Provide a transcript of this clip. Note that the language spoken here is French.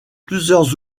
plusieurs